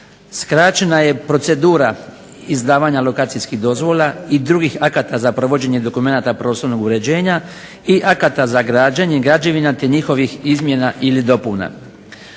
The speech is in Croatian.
skraćena je procedura izdavanja lokacijskih dozvola i drugih akata za provođenje dokumenata prostornog uređenja i akata za građenje, građevina te njihovih izmjena ili dopuna.